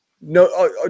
no